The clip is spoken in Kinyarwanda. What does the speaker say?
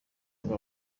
ngo